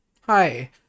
hi